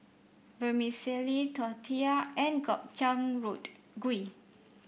Vermicelli Tortilla and Gobchang Road gui